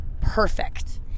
perfect